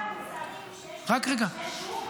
אבל זה קורה במוצרים שיש בהם כשלי שוק ואין זמן לחכות.